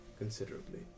Considerably